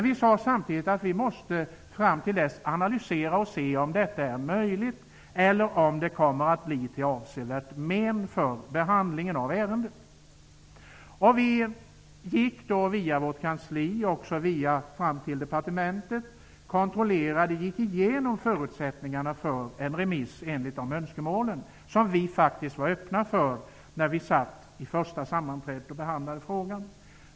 Vi sade samtidigt att vi måste analysera detta och se om en remiss var möjlig eller om en sådan skulle leda till avsevärda men för behandlingen av ärendet. Vi gick då via vårt kansli till departementet och gick igenom förutsättningarna för en remiss enligt önskemålen. Vi var öppna för dessa önskemål när vi första gången behandlade frågan i utskottet.